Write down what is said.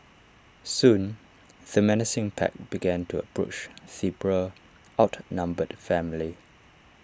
soon the menacing pack began to approach the poor outnumbered family